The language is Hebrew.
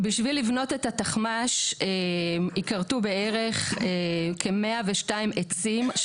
על מנת לבנות את התחמ"ש ייכרתו כמאה ושניים עצים,